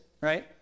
right